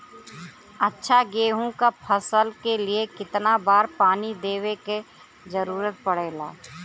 अच्छा गेहूँ क फसल के लिए कितना बार पानी देवे क जरूरत पड़ेला?